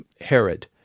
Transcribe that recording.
Herod